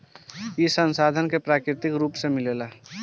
ई संसाधन के प्राकृतिक रुप से मिलेला